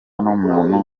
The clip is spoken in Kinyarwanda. n’umuntu